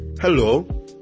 Hello